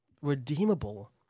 redeemable